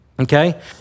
okay